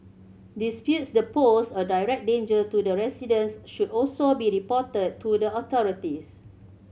disputes that pose a direct danger to the residents should also be reported to the authorities